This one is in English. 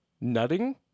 Nutting